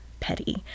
Petty